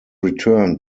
return